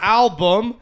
album